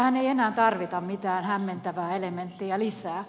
tähän ei enää tarvita mitään hämmentävää elementtiä lisää